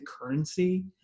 currency